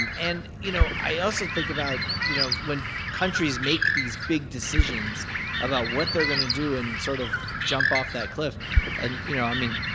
um and, you know, i also think about you know, when countries make these big decisions about what they're going to do and sort of jump off that cliff and, you know, i mean,